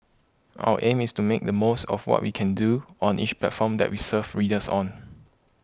our aim is to make the most of what we can do on each platform that we serve readers on